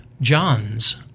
Johns